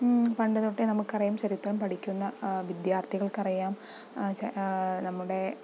പണ്ടുതൊട്ടേ നമുക്കറിയാം ചരിത്രം പഠിക്കുന്ന വിദ്യാർത്ഥികൾക്ക് അറിയാം നമ്മുടെ